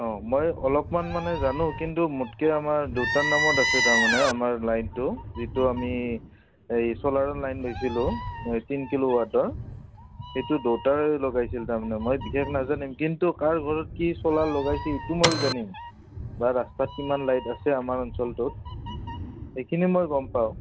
অঁ মই অলপমান মানে জানো কিন্তু মোতকে আমাৰ দেউতাৰ নামত আছে তাৰমানে আমাৰ লাইনটো যিটো আমি এই ছোলাৰৰ লাইন লৈছিলোঁ তিন কিলো ৱাটৰ সেইটো দেউতাই লগাইছিল তাৰমানে মই বিশেষ নাজানিম কিন্তু কাৰ ঘৰত কি ছোলাৰ লগাইছে ইটো মই জানিম বা ৰাস্তাত কিমান লাইট আছে আমাৰ অঞ্চলটোত সেইখিনি মই গম পাওঁ